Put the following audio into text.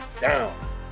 down